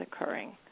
occurring